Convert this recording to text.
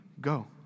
Go